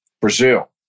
Brazil